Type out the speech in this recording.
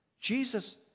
Jesus